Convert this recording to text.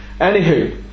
Anywho